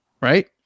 right